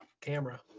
camera